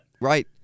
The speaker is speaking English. Right